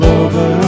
over